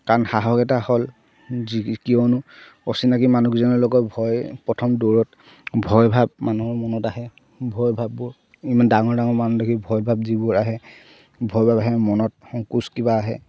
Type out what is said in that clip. কাৰণ সাহসক এটা হ'ল য কিয়নো অচিনাকী মানুহকিজনৰ লগত ভয় প্ৰথম দৌৰত ভয় ভাৱ মানুহৰ মনত আহে ভয় ভাৱবোৰ ইমান ডাঙৰ ডাঙৰ মানুহ দেখি ভয় ভাৱ যিবোৰ আহে ভয় ভাৱ আহে মনত সংকোচ কিবা আহে